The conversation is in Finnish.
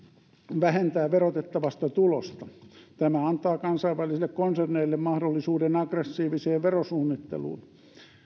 vähentää verotettavasta tulosta tämä antaa kansainvälisille konserneille mahdollisuuden aggressiiviseen verosuunnitteluun